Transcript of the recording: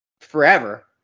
forever